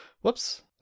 Whoops